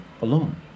alone